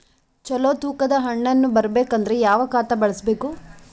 ಚಲೋ ತೂಕ ದ ಹಣ್ಣನ್ನು ಬರಬೇಕು ಅಂದರ ಯಾವ ಖಾತಾ ಬಳಸಬೇಕು?